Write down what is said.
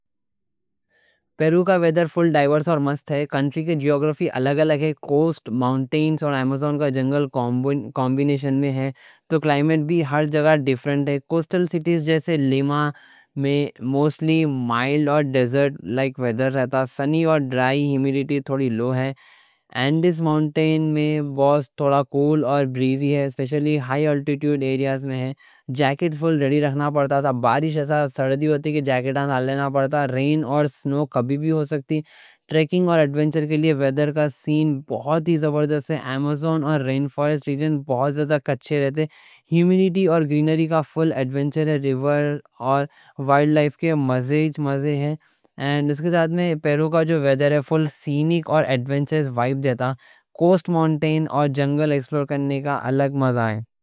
پیرو کا ویڈر فل ڈائورس اور مست ہے، کنٹری کے جیوگرافی الگ الگ ہے۔ کوسٹ، مانٹینز اور ایمازون کا جنگل کومبینیشن میں ہے۔ تو کلائمٹ بھی ہر جگہ ڈیفرنٹ ہے۔ کوسٹل سٹیز جیسے لیما میں موسٹلی مائلڈ اور ڈیزرٹ لائک ویڈر رہتا۔ سنی اور ڈرائی، ہمیڈیٹی تھوڑی لو ہے۔ اینڈس مانٹین میں بہت تھوڑا کول اور بریزی ہے، سپیشلی ہائی الٹیٹیوڈ ایریاز میں۔ جاکٹ فل ریڈی رکھنا پڑتا تھا، بارش ایسا سردی ہوتی کہ جاکٹاں ڈال لینا پڑتا۔ رین اور سنو کبھی بھی ہو سکتی۔ ٹریکنگ اور ایڈونچر کے لیے ویڈر کا سین بہت ہی زبردست ہے۔ ایمازون اور رین فورسٹ ریجن بہت زیادہ کچے رہتے۔ ہمیڈیٹی اور گرینری کا فل ایڈونچر ہے۔ ریور اور وائلڈ لائف کے مزے ہی مزے ہیں اور اس کے ساتھ میں پیرو کا ویڈر ہے، فل سینک اور ایڈونچر وائب دیتا۔ کوسٹ مانٹین اور جنگل ایکسپلور کرنے کا الگ مزہ ہے۔